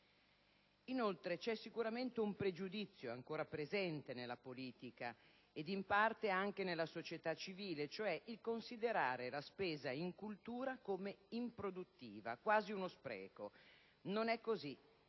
Inoltre, è sicuramente ancora presente nella politica ed in parte anche nella società civile un pregiudizio, cioè considerare la spesa in cultura come improduttiva, quasi uno spreco. Non è così.